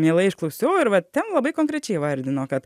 mielai išklausiau ir va ten labai konkrečiai įvardino kad